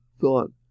thought